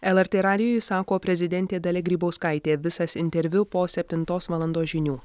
lrt radijui sako prezidentė dalia grybauskaitė visas interviu po septintos valandos žinių